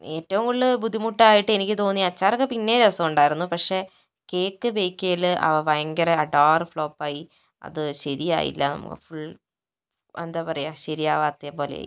ഏറ്റവും കൂടുതൽ ബുദ്ധിമുട്ടായിട്ട് എനിക്ക് തോന്നിയത് അച്ചാറൊക്കെ പിന്നെയും രസമുണ്ടായിരുന്നു പക്ഷെ കേക്ക് ബേക്ക് ചെയ്യൽ ഭയങ്കര അടാർ ഫ്ലോപ്പായി അത് ശരിയായില്ല ഫുൾ എന്താ പറയുക ശരിയാകാത്ത പോലെയായി